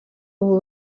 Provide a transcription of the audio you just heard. ubu